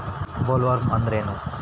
Bollworm ಅಂದ್ರೇನು?